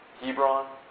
Hebron